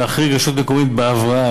להחריג רשות מקומית בהבראה,